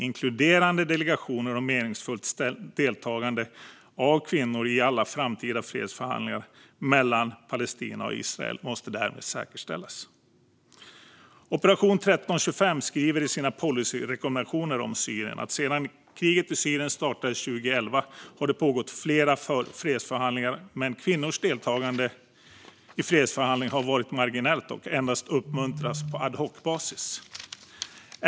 Inkluderande delegationer och meningsfullt deltagande av kvinnor i alla framtida fredsförhandlingar mellan Palestina och Israel måste därmed säkerställas. Operation 1325 skriver i sina policyrekommendationer om Syrien att sedan kriget i Syrien startade 2011 har det pågått flera fredsförhandlingar. Men kvinnors deltagande i fredsförhandlingar har varit marginellt och endast uppmuntrats på ad hoc-basis.